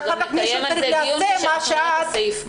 אנחנו גם נקיים על זה דיון כשנראה את הסעיף.